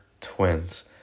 twins